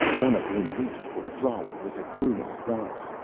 one of whom reached for thrala with a crooning cry.